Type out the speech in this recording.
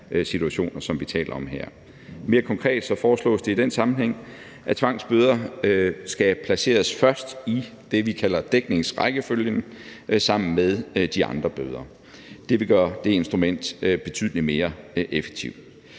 situationer, som vi taler om her. Mere konkret foreslås det i den sammenhæng, at tvangsbøder skal placeres først i det, vi kalder dækningsrækkefølgen, sammen med de andre bøder. Det vil gøre det instrument betydelig mere effektivt.